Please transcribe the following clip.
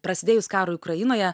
prasidėjus karui ukrainoje